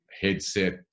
headset